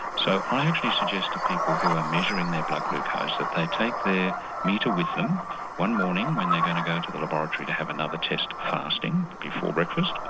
so i actually suggest to people who are measuring their blood glucose that they take their metre with them one morning when they're going to go to the laboratory to have another test fasting, before breakfast,